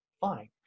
fine